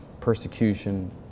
persecution